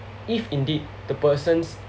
if indeed the persons